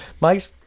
Mike's